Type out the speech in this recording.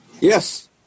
Yes